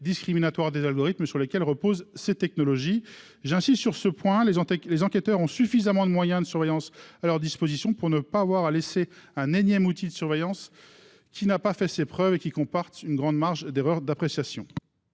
discriminatoires des algorithmes sur lesquels reposent ces technologies. J'insiste sur ce point : les enquêteurs ont suffisamment de moyens de surveillance à leur disposition pour ne pas avoir recours à un énième outil qui n'a pas fait ses preuves et qui comporte une grande marge d'erreur d'appréciation.